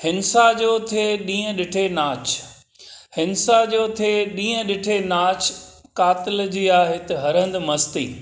हिंसा जो थे ॾींहुं ॾिठे नाच हिंसा जो थे ॾींहुं ॾिठे नाचु कातिल जी आहे हिते हर हंधु मस्ती